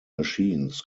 machines